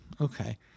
Okay